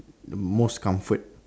the most comfort